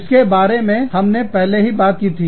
इसके बारे में हमने पहले ही बात की थी